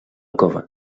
cova